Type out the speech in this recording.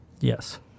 Yes